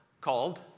called